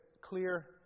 clear